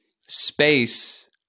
space